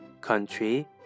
country